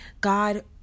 God